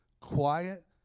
quiet